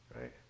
right